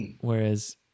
Whereas